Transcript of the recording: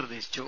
നിർദേശിച്ചു